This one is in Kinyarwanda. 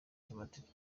cy’amateka